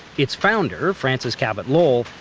its founder, francis cabot lowell,